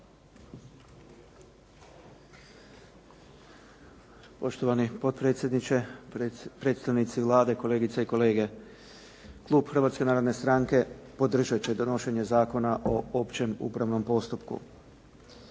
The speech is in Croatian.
Poštovani potpredsjedniče, predstavnici Vlade, kolegice i kolege. Klub Hrvatske narodne stranke podržat će donošenje Zakona o opće upravnom postupku.